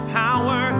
power